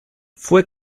fue